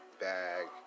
bag